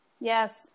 Yes